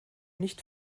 nicht